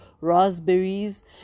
raspberries